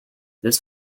this